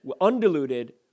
undiluted